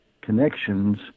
connections